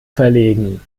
verlegen